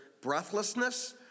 breathlessness